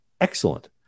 excellent